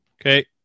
Okay